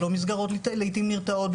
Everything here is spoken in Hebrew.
המסגרות לעתים נרתעות,